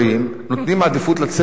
נותנים עדיפות לצוות הקיים.